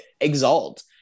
exalt